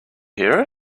hear